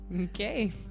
okay